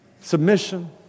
submission